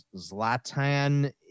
Zlatan